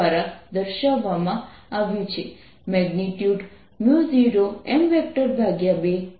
તેથી j ની r દિશા મૂડીવાદ સાથે હશે